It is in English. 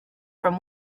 from